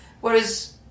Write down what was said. Whereas